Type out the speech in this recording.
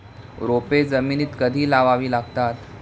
रोपे जमिनीत कधी लावावी लागतात?